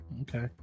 Okay